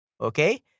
okay